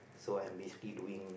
so I'm basically doing